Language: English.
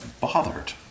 bothered